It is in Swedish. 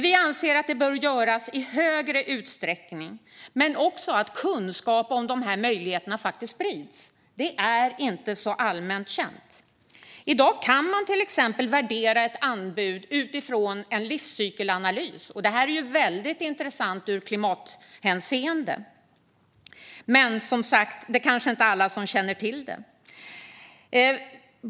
Vi anser dock att det bör göras i högre utsträckning och att kunskap om dessa möjligheter bör spridas. Detta är inte så allmänt känt. I dag kan man till exempel värdera ett anbud utifrån en livscykelanalys. Det är väldigt intressant ur klimathänseende. Men, som sagt, alla kanske inte känner till det.